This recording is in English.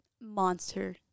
monster